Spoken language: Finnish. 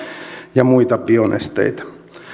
ja muita bionesteitä